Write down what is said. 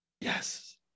Yes